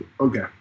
Okay